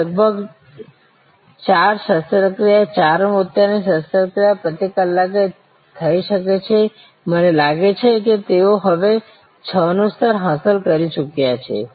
હવે લગભગ ચારશાસ્ત્ર ક્રિયા ચાર મોતિયાની શાસ્ત્ર ક્રિયા પ્રતિ કલાક થઈ શકે છે મને લાગે છે કે તેઓ હવે છનું સ્તર હાંસલ કરી ચૂક્યા છે